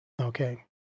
Okay